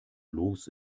los